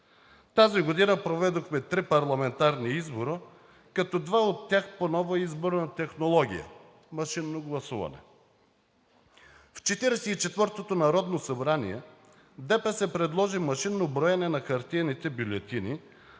Тази година проведохме три парламентарни избора, като два от тях по нова изборна технология – машинно гласуване. В Четиридесет и четвъртото народно събрание ДПС предложи машинно броене на хартиените бюлетини с